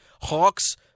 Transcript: Hawks